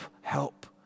help